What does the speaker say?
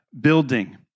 building